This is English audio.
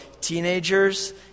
teenagers